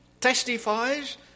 testifies